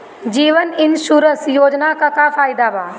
जीवन insurance योजना से का फायदा बा?